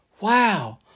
wow